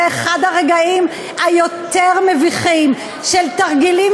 זה אחד הרגעים היותר-מביכים, של תרגילים